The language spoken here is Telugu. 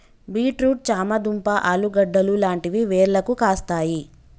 బీట్ రూట్ చామ దుంప ఆలుగడ్డలు లాంటివి వేర్లకు కాస్తాయి